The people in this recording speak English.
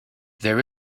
there